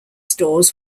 stores